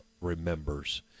remembers